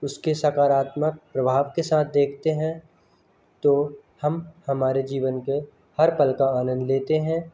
उस के सकारात्मक प्रभाव के साथ देखते हैं तो हम हमारे जीवन के हर पल का आनंद लेते हैं